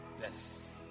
Yes